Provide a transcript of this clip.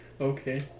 Okay